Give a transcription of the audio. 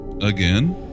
again